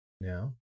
now